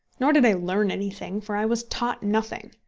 nor did i learn anything for i was taught nothing.